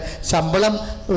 Sambalam